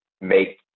make